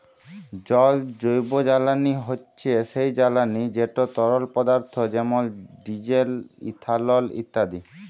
জল জৈবজ্বালানি হছে সেই জ্বালানি যেট তরল পদাথ্থ যেমল ডিজেল, ইথালল ইত্যাদি